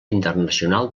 internacional